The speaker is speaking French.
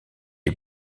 est